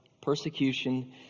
persecution